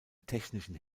technischen